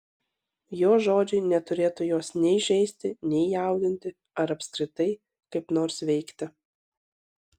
jo žodžiai neturėtų jos nei žeisti nei jaudinti ar apskritai kaip nors veikti